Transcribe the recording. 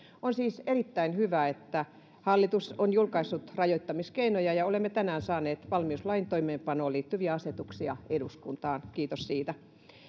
on siis erittäin hyvä että hallitus on julkaissut rajoittamiskeinoja ja olemme tänään saaneet valmiuslain toimeenpanoon liittyviä asetuksia eduskuntaan kiitos siitä